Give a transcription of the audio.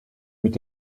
mit